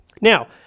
Now